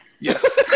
Yes